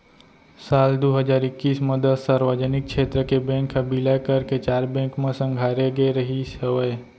साल दू हजार एक्कीस म दस सार्वजनिक छेत्र के बेंक ह बिलय करके चार बेंक म संघारे गे रिहिस हवय